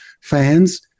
fans